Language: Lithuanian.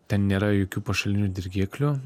ten nėra jokių pašalinių dirgiklių